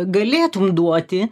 galėtum duoti